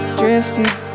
drifting